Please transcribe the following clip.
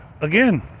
again